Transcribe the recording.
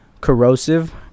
corrosive